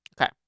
Okay